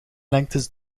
lengtes